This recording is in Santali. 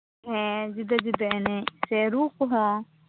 ᱦᱮᱸ ᱡᱩᱫᱟᱹ ᱡᱩᱫᱟᱹ ᱮᱱᱮᱡ ᱥᱮ ᱨᱩ ᱠᱚᱦᱚᱸ